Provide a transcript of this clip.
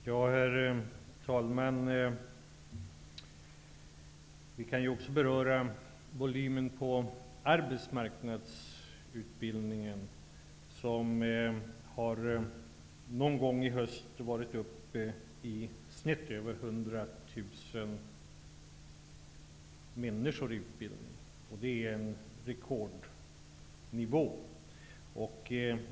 Herr talman! Vi kan ju också beröra arbetsmarknadsutbildningens volym. Någon gång under denna höst har över 100 000 människor deltagit i sådan utbildning. Det är en rekordnivå.